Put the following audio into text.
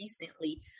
recently